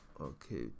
Okay